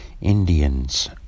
Indians